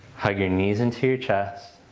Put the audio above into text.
hug your knees into your chest.